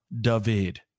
David